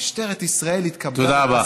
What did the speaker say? משטרת ישראל התכבדה, תודה רבה.